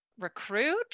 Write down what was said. Recruit